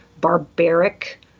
barbaric